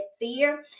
fear